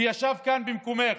הוא ישב כאן, במקומך,